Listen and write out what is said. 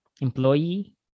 employee